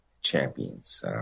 champions